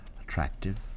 attractive